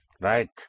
Right